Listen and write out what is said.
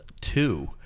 two